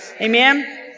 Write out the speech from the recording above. Amen